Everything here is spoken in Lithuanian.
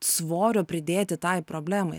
svorio pridėti tai problemai